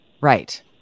Right